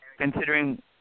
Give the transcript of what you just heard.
considering